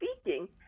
speaking